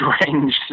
strange